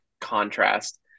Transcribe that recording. contrast